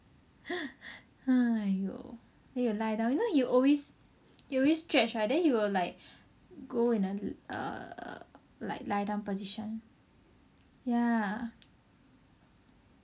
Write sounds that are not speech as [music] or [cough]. [laughs] !aiyo! then he will lie down you know he will always he always stretech right then he will like go in a a lie down position ya